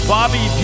Bobby